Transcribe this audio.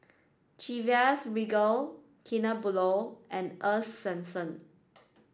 Chivas Regal Kinder Bueno and Earl's Swensens